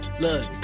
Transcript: look